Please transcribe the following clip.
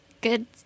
Good